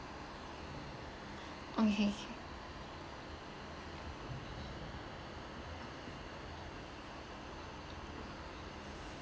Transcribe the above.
okay